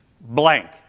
blank